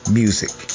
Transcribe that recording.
music